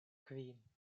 kvin